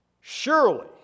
Surely